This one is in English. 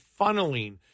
funneling